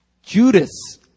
Judas